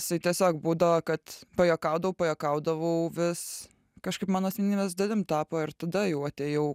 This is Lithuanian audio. jisai tiesiog būdavo kad pajuokaudavau pajuokaudavau vis kažkaip mano asmenybės dalim tapo ir tada jau atėjau